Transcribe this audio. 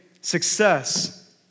success